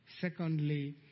Secondly